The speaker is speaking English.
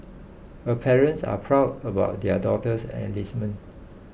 her parents are proud about their daughter's enlistment